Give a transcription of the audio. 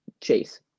chase